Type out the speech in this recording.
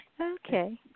Okay